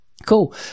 cool